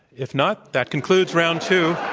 if not, that concludes round two.